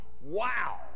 Wow